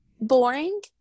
Boring